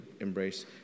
embrace